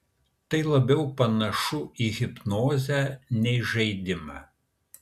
tai labiau panašu į hipnozę nei į žaidimą